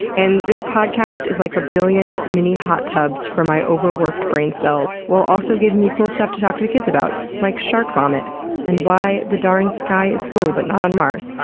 and this podcast is like a billion mini hot tubs for my overworked brain cells, while also giving me cool stuff to talk to the kids about, like shark vomit and why the darn sky is blue, but not on mars.